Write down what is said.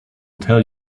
tell